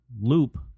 loop